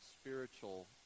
spiritual